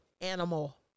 animal